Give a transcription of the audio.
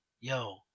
yo